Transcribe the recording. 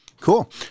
cool